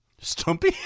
Stumpy